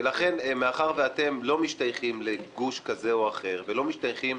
מאחר ואתם לא משתייכים לגוש כזה או אחר ולא משתייכים